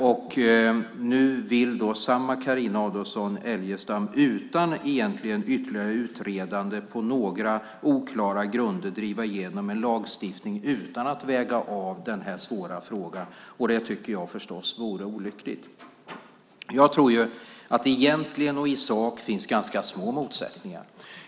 Och nu vill samma Carina Adolfsson Elgestam, utan egentligen ytterligare utredande, på några oklara grunder driva igenom en lagstiftning utan att väga av den här svåra frågan. Det tycker jag förstås vore olyckligt. Jag tror att det egentligen och i sak finns ganska små motsättningar.